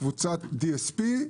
קבוצת DSP,